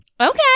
Okay